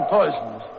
poisons